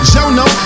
Jono